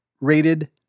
rated